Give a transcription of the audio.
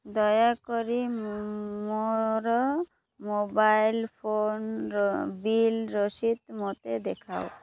ଦୟାକରି ମୋର ମୋବାଇଲ ଫୋନର ବିଲ୍ ରସିଦ ମୋତେ ଦେଖାଅ